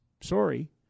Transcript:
Sorry